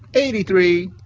eighty three,